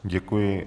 Děkuji.